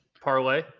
parlay